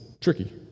tricky